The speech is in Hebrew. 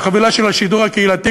החבילה של השידור הקהילתי,